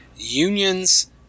unions